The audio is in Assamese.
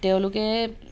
তেওঁলোকে